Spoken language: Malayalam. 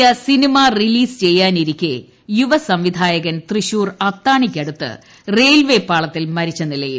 സംവിധായകൻ ആദ്യ സിനിമ റിലീസ് ചെയ്യാനിരിക്കെ യുവ സംവിധായകൻ തൃശൂർ അത്താണി ക്കടുത്ത് റെയിൽവേ പാളത്തിൽ മരിച്ച നിലയിൽ